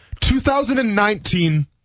2019